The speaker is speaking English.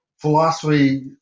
philosophy